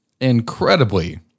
incredibly